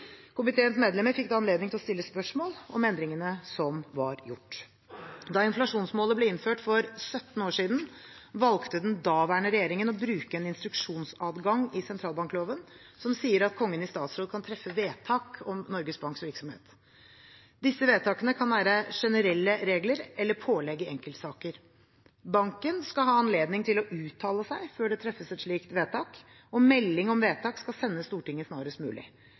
Komiteens medlemmer fikk da anledning til å stille spørsmål om endringene som var gjort. Da inflasjonsmålet ble innført for 17 år siden, valgte den daværende regjeringen å bruke en instruksjonsadgang i sentralbankloven som sier at Kongen i statsråd kan treffe vedtak om Norges Banks virksomhet. Disse vedtakene kan være generelle regler eller pålegg i enkeltsaker. Banken skal ha anledning til å uttale seg før det treffes et slikt vedtak, og melding om vedtak skal sendes Stortinget snarest mulig.